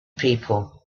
people